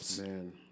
Man